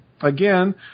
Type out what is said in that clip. Again